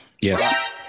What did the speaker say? Yes